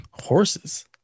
Horses